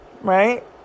Right